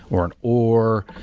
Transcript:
or an or.